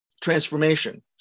transformation